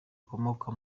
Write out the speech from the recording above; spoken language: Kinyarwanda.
akomoka